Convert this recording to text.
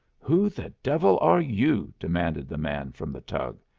who the devil are you? demanded the man from the tug.